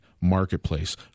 marketplace